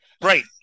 Right